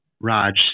Raj